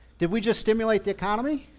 did we just stimulate the economy?